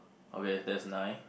okay that's nine